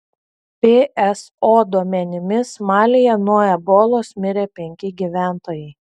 pso duomenimis malyje nuo ebolos mirė penki gyventojai